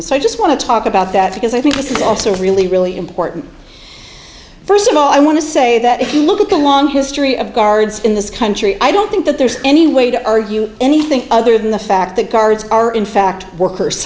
gardenias so i just want to talk about that because i think it's also really really important first of all i want to say that if you look at the long history of guards in this country i don't think that there's any way to argue anything other than the fact that guards are in fact workers